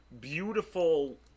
beautiful